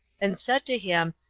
and said to him,